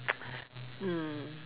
mm